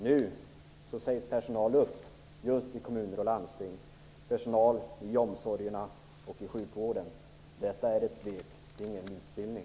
Nu sägs personal upp just i kommuner och landsting, personal i omsorgerna och i sjukvården. Detta är ett svek, det är ingen mytbildning.